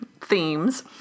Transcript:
themes